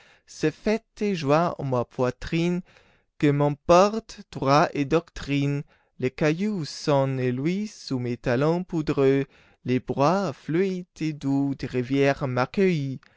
c'est fête et joie en ma poitrine que m'importent droits et doctrines le caillou sonne et luit sous mes talons poudreux les bras fluides et doux des rivières